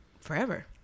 forever